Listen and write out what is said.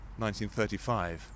1935